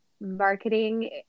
marketing